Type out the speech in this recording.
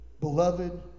Beloved